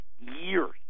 years